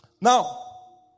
Now